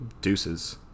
Deuces